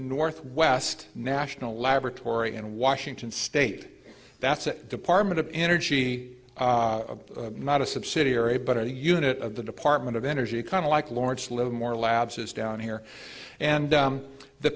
northwest national laboratory in washington state that's a department of energy not a subsidiary but a unit of the department of energy kind of like lawrence livermore labs is down here and